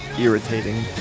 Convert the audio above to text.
irritating